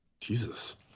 Jesus